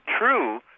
true